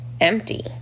empty